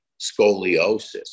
scoliosis